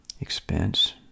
expense